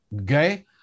okay